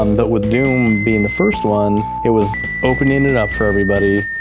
um but with doom being the first one, it was opening it up for everybody,